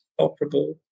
operable